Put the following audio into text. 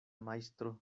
majstro